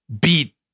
beat